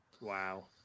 Wow